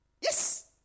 Yes